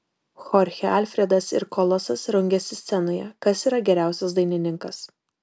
chorchė alfredas ir kolosas rungiasi scenoje kas yra geriausias dainininkas